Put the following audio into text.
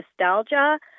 nostalgia